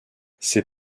ses